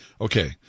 okay